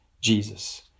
Jesus